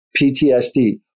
PTSD